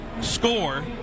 score